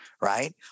right